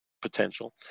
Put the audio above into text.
potential